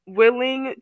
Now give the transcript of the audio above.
willing